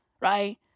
right